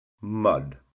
Mud